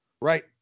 right